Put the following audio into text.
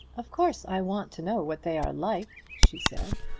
of course i want to know what they are like, she said.